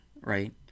right